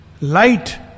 Light